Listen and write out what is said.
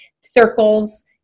circles